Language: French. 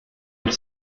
elle